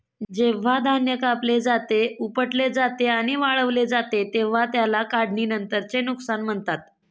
जेव्हा धान्य कापले जाते, उपटले जाते आणि वाळवले जाते तेव्हा त्याला काढणीनंतरचे नुकसान म्हणतात